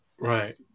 Right